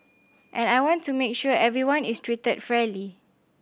and I want to make sure everyone is treated fairly